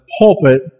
pulpit